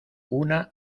una